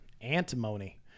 antimony